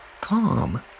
calm